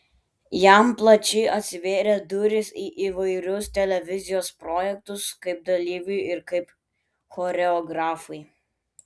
jam plačiai atsivėrė durys į įvairius televizijos projektus kaip dalyviui ir kaip choreografui